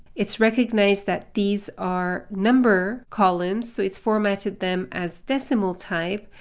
it's recognized that these are number columns. so it's formatted them as decimal type.